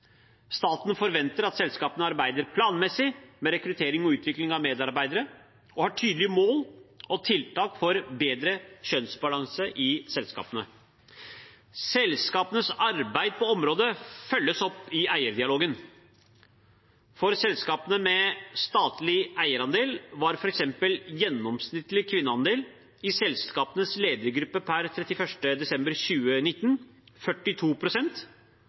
Staten forventer at selskapene arbeider planmessig med rekruttering og utvikling av medarbeidere og har tydelige mål og tiltak for bedre kjønnsbalanse i selskapene. Selskapenes arbeid på området følges opp i eierdialogen. For selskapene med statlig eierandel var f.eks. gjennomsnittlig kvinneandel i selskapenes ledergruppe per 31. desember 2019